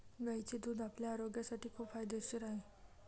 गायीचे दूध आपल्या आरोग्यासाठी खूप फायदेशीर आहे